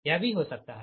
यह भी हो सकता है